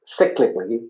cyclically